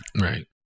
Right